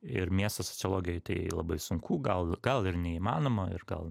ir miesto sociologijoj tai labai sunku gal gal ir neįmanoma ir gal